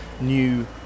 new